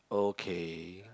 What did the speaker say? okay